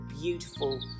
beautiful